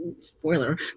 spoiler